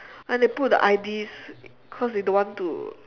and they put the I_Ds cause they don't want to